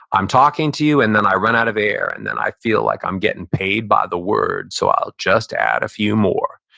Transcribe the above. i'm talking to you and then i run out of air and then i feel like i'm getting paid by the word, so i'll just add a few more.